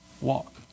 walk